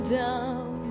down